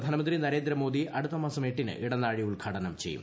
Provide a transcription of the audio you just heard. പ്രധാനമന്ത്രി നരേന്ദ്രമോദി അടുത്ത മാസം എട്ടിന് ഇടനാഴി ഉദ്ഘാടനം ചെയ്യും